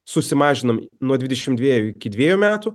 susimažinom nuo dvidešim dviejų iki dviejų metų